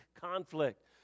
conflict